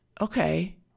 okay